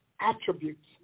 attributes